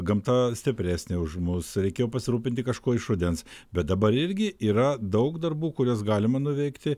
gamta stipresnė už mus reikėjo pasirūpinti kažkuo iš rudens bet dabar irgi yra daug darbų kuriuos galima nuveikti